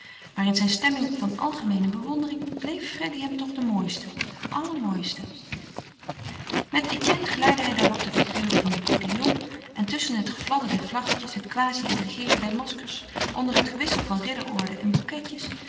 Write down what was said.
in zijne stemming van algemeene bewondering bleef freddy hem toch de mooiste de allermooiste met etienne geleidde hij daarop de figuren van den cotillon en tusschen het gefladder der vlaggetjes het quasi intrigeeren der maskers onder het gewissel van ridderorden en bouquetjes